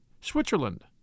Switzerland